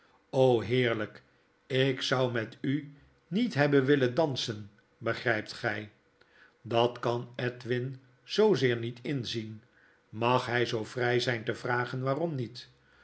heerlyk ik zou met u niet hebben willen dansen begrypt gij dat kan edwin zoozeer niet inzien mag hy zoo vry zyn te vragen waarom niet